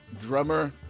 drummer